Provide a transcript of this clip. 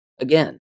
Again